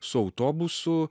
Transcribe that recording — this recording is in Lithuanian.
su autobusu